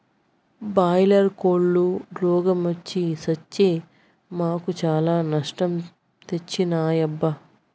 boiler కోల్లు రోగ మొచ్చి సచ్చి మాకు చాలా నష్టం తెచ్చినాయబ్బా